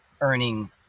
earning